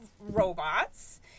robots